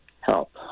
help